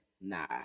nah